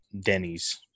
Denny's